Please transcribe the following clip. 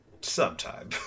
sometime